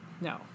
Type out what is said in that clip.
no